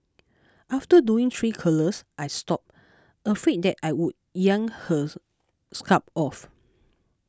after doing three curlers I stopped afraid that I would yank her scalp off